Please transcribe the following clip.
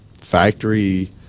factory